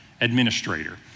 administrator